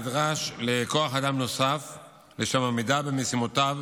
נדרש לכוח אדם נוסף לשם עמידה במשימותיו